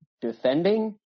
defending